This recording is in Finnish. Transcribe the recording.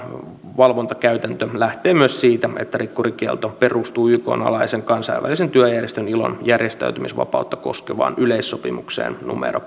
valvontakäytäntö lähtee siitä että rikkurikielto perustuu ykn alaisen kansainvälisen työjärjestön ilon järjestäytymisvapautta koskevaan yleissopimukseen numero